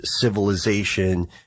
civilization